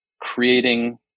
creating